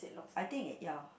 I think it ya